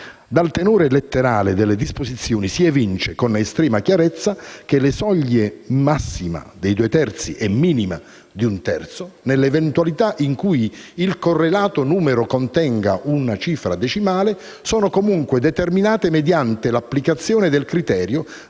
Dal tenore letterale delle disposizioni si evince con estrema chiarezza che le soglie massima dei due terzi e minima di un terzo, nell'eventualità in cui il correlato numero contenga una cifra decimale, sono comunque determinate mediante l'applicazione del criterio